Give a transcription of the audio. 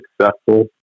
successful